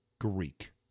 Greek